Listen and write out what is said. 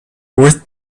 worth